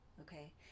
Okay